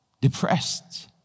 depressed